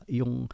yung